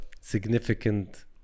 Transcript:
significant